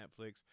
netflix